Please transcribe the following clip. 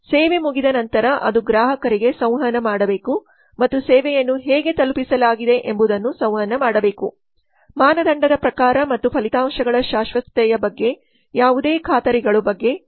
ಸೇವೆ ಮುಗಿದ ನಂತರ ಅದು ಗ್ರಾಹಕರಿಗೆ ಸಂವಹನ ಮಾಡಬೇಕು ಮತ್ತು ಸೇವೆಯನ್ನು ಹೇಗೆ ತಲುಪಿಸಲಾಗಿದೆ ಎಂಬುದನ್ನು ಸಂವಹನ ಮಾಡಬೇಕು ಮಾನದಂಡದ ಪ್ರಕಾರ ಮತ್ತು ಫಲಿತಾಂಶಗಳ ಶಾಶ್ವತತೆಯ ಬಗ್ಗೆ ಯಾವುದೇ ಖಾತರಿಗಳು ಬಗ್ಗೆ ಸಂವಹನ ಮಾಡಬೇಕು